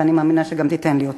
ואני מאמינה שגם תיתן לי אותה.